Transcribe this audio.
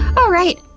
alright,